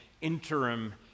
interim